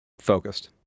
Focused